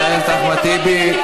חבר הכנסת אחמד טיבי.